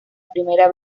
primera